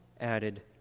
added